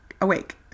awake